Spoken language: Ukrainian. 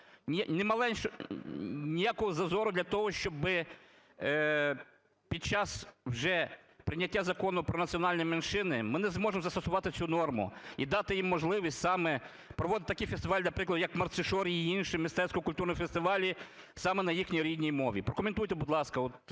ніякого зазору для того, щоб… під час вже прийняття Закону про національні меншини ми не зможемо застосувати цю норму і дати їм можливість саме проводити такі фестивалі, наприклад, "Мерцішор" і інші мистецько-культурні фестивалі саме на їхній рідній мові. Прокоментуйте, будь ласка,